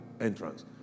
entrance